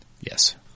Yes